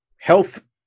health